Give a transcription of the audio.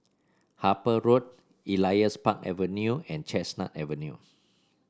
Harper Road Elias Park Avenue and Chestnut Avenue